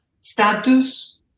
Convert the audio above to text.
status